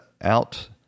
out